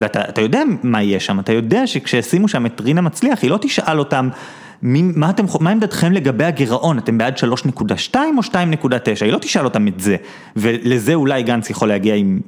ואתה יודע מה יהיה שם, אתה יודע שכשישמו שם את רינה מצליח, היא לא תשאל אותם מה עמדתכם לגבי הגרעון, אתם בעד 3.2 או 2.9, היא לא תשאל אותם את זה. ולזה אולי גנץ יכול להגיע עם...